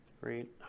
Great